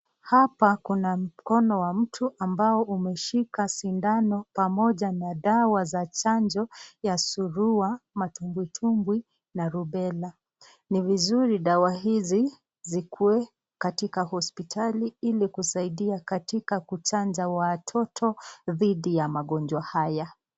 Hapa kuna mkono wa mtu ambao umeshika sindano pamoja na dawa za chanjo ya surua, matumbwitumbwi na rubella. Ni vizuri dawa hizi zikuwe katika hospitali ili kusaidia katika kuchanja watoto dhidi ya magonjwa haya.